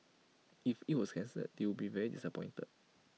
if IT was cancelled they would be very disappointed